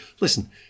listen